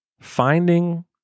Finding